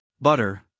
butter